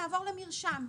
נעבור למרשם.